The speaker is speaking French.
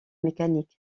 mécanique